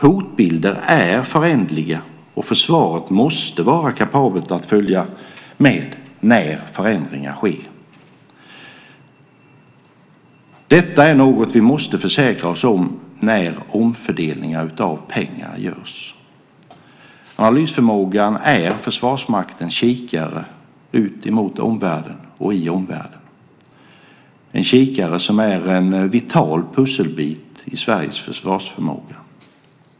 Hotbilderna är föränderliga, och försvaret måste vara kapabelt att följa med när förändringar sker. Detta är något vi måste försäkra oss om när omfördelningar av pengar görs. Analysförmågan är Försvarsmaktens kikare ut mot omvärlden och i omvärlden. Den kikaren är en vital pusselbit i Sveriges försvarsförmåga.